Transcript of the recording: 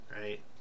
right